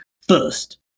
first